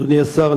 אדוני השר,